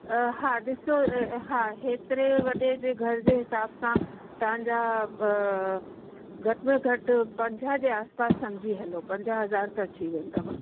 हा ॾिसो हा एतिरे वॾे घर जे हिसाब सां तव्हांजा घट में घटि पंजाह जे आस पास सम्झी हलो पंजाह हज़ार त अची वेंदव